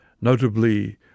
notably